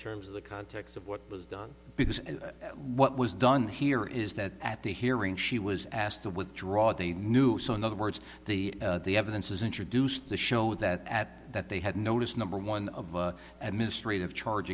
terms of the context of what was done because what was done here is that at the hearing she was asked to withdraw they knew so in other words the evidence was introduced to show that at that they had notice number one of administrate of charge